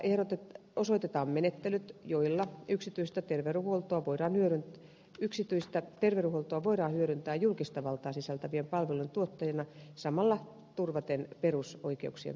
ehdotuksella osoitetaan menettelyt joilla yksityistä terveydenhuoltoa voidaan hyödyntää julkista valtaa sisältävien palvelujen tuottajina samalla turvaten perusoikeuksien toteutuminen